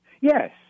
Yes